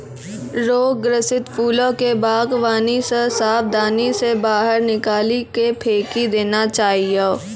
रोग ग्रसित फूलो के वागवानी से साबधानी से बाहर निकाली के फेकी देना चाहियो